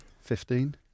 fifteen